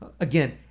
again